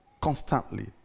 constantly